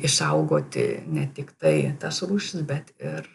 išsaugoti ne tiktai tas rūšis bet ir